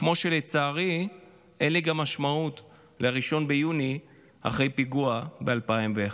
כמו שלצערי אין לי גם משמעות ל-1 ביוני אחרי הפיגוע ב-2001.